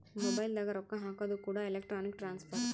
mobile ದಾಗ ರೊಕ್ಕ ಹಾಕೋದು ಕೂಡ ಎಲೆಕ್ಟ್ರಾನಿಕ್ ಟ್ರಾನ್ಸ್ಫರ್